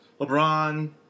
LeBron